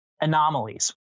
anomalies